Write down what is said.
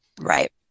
Right